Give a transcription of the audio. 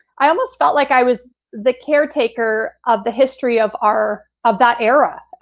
i almost felt like i was the caretaker of the history of our of that era.